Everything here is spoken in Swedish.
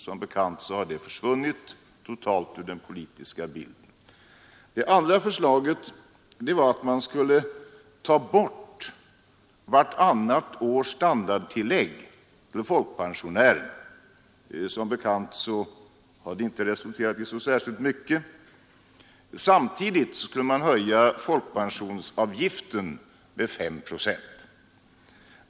Som bekant har det förslaget försvunnit totalt ur den politiska bilden. Det andra förslaget var att man skulle ta bort vartannat års standardtillägg för folkpensionärerna. Samtidigt skulle man höja folkpensionsavgiften med 5 procent.